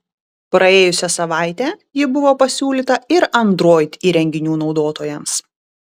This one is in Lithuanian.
praėjusią savaitę ji buvo pasiūlyta ir android įrenginių naudotojams